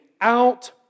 out